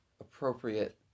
appropriate